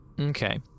Okay